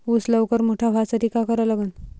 ऊस लवकर मोठा व्हासाठी का करा लागन?